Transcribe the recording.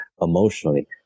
Emotionally